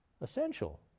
essential